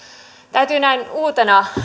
täytyy näin uutena